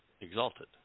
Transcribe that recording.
exalted